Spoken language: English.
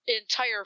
entire